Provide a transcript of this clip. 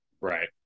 right